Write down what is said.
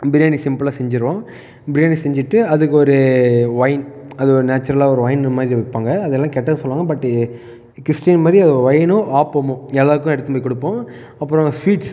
பிரியாணி சிம்பிளாக செஞ்சிடுவோம் பிரியாணி செஞ்சுட்டு அதுக்கு ஒரு ஒயின் அது ஒரு நேச்சுரலாக ஒரு ஒயின் மாதிரி வைப்பாங்க அதை எல்லாம் கெட்டது சொல்வாங்க பட் கிறிஸ்ட்டின் படி ஒயினும் ஆப்பமும் எல்லோருக்கும் எடுத்துன்னு போய் கொடுப்போம் அப்புறம் ஸ்வீட்ஸ்